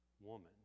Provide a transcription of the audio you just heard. Woman